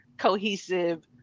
cohesive